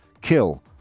kill